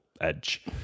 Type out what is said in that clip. edge